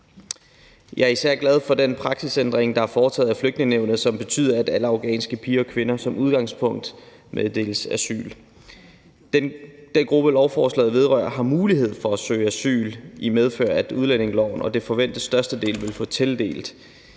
Jeg er især glad for den praksisændring, der er foretaget af Flygtningenævnet, som betyder, at alle afghanske piger og kvinder som udgangspunkt meddeles asyl. Den gruppe, lovforslaget vedrører, har mulighed for at søge asyl i medfør af udlændingeloven, og det forventes, at størstedelen vil få tildelt